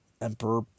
Emperor